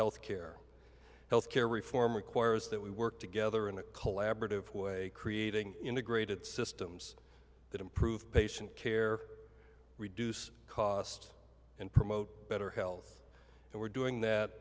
health care health care reform requires that we work together in a collaborative way creating integrated systems that improve patient care reduce cost and promote better health and we're doing that